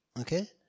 Okay